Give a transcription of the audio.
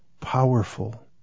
powerful